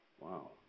Wow